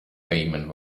payment